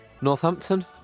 Northampton